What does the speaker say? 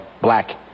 black